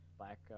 Black